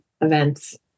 events